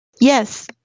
Yes